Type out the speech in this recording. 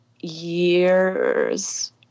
years